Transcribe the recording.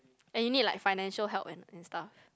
and you need like financial help and and stuff